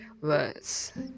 words